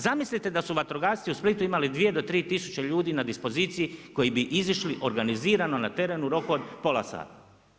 Zamislite da su vatrogasci u Splitu imali 2 do 3 tisuće ljudi na dispoziciji koji bi izašli organizirano na teren u roku od pola sata.